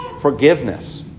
forgiveness